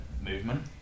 movement